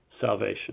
salvation